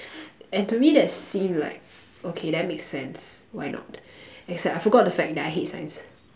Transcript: and to me that's seemed like okay that makes sense why not except I forgot the fact that I hate science